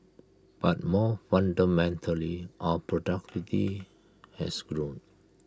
but more fundamentally our productivity has grown